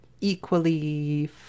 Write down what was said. equally